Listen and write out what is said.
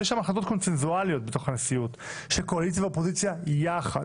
יש שם החלטות קונצנזואליות בתוך הנשיאות של קואליציה ואופוזיציה יחד.